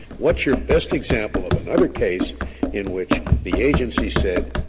what's your best example of another case in which the agency said,